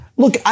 Look